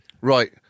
right